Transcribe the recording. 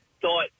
Thought